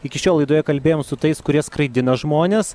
iki šiol laidoje kalbėjom su tais kurie skraidina žmones